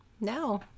No